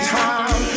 time